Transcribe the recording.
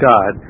God